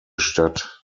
stadt